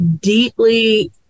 deeply